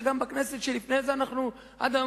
שגם בכנסת שלפני זה אנחנו עד היום